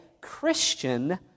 Christian